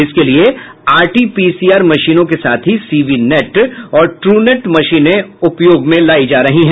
इसके लिये आरटीपीसीआर मशीनों के साथ ही सीवी नेट और ट्रू नेट मशीनें उपयोग में लायी जा रही है